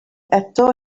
eto